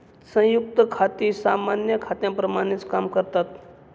संयुक्त खाती सामान्य खात्यांप्रमाणेच काम करतात